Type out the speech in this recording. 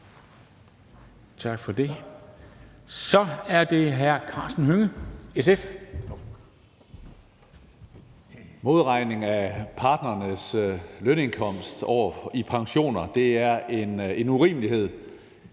Modregning af partnerens lønindkomst i pensionen er en urimelighed